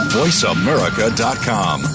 voiceamerica.com